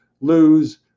lose